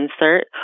insert